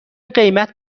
قیمت